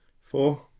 Four